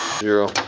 zero,